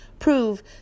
prove